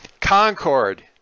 Concord